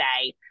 say